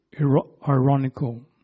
ironical